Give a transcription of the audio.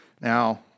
Now